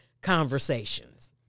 conversations